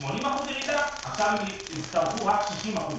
80% ירידה עכשיו יצטרכו רק 60% ירידה.